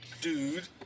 dude